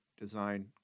design